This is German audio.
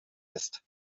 ist